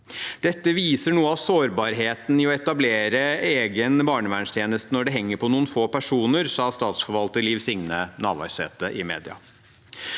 Dette viser noe av sårbarheten i å etablere egen barnevernstjeneste når det henger på noen få personer, sa statsforvalter Liv Signe Navarsete i media.